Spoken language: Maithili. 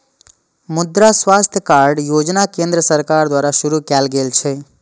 मुद्रा स्वास्थ्य कार्ड योजना केंद्र सरकार द्वारा शुरू कैल गेल छै